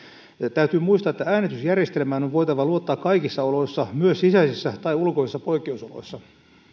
täytyy muistaa että äänestysjärjestelmään on voitava luottaa kaikissa oloissa myös sisäisissä tai ulkoisissa poikkeusoloissa